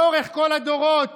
לאורך כל הדורות